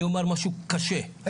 אני אומר משהו קשה,